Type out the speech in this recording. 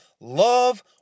love